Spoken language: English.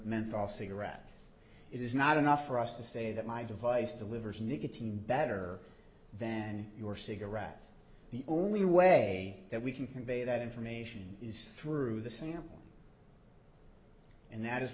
menthol cigarette it is not enough for us to say that my device delivers nicotine better than your cigarette the only way that we can convey that information is through the sample and that is